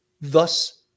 thus